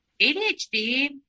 ADHD